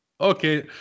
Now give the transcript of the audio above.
okay